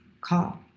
call